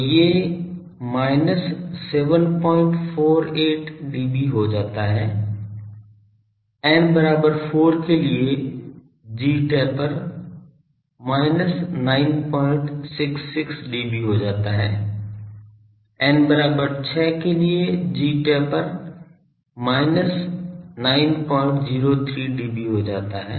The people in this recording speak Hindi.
तो ये minus 748 dB हो जाता है n बराबर 4 के लिए gtaper minus 966 dB हो जाता है n बराबर 6 के लिए gtaper minus 903 dB हो जाता है